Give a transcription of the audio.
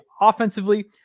offensively